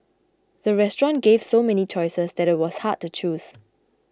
the restaurant gave so many choices that it was hard to choose